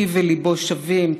פיו וליבו שווים,